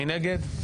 מי נגד?